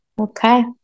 okay